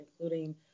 including